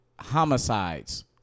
homicides